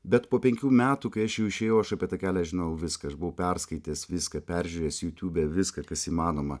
bet po penkių metų kai aš jau išėjau aš apie tą kelią žinojau viską aš buvau perskaitęs viską peržiūrėjęs jutube viską kas įmanoma